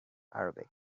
arabic